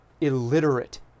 illiterate